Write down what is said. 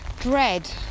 dread